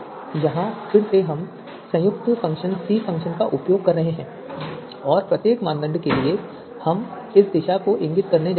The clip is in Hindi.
यहां से हम संयुक्त फ़ंक्शन सी फ़ंक्शन का उपयोग कर रहे हैं और प्रत्येक मानदंड के लिए हम इस दिशा को इंगित करने जा रहे हैं